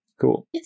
Cool